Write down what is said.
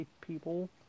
people